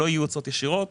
לא יהיו הוצאות ישירות,